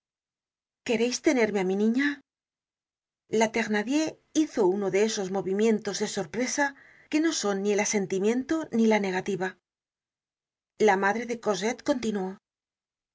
quereis tenerme á mi niña la thenardier hizo uno de esos movimientos de sorpresa que no son ni el asentimiento ni la negativa la madre de cosette continuó